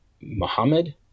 Muhammad